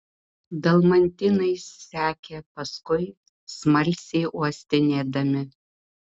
dalmatinai sekė paskui smalsiai uostinėdami